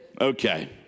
Okay